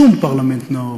בשום פרלמנט נאור,